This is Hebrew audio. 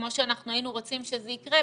כמו שאנחנו היינו רוצים שזה יקרה,